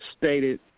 stated